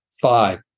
Five